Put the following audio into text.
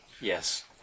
Yes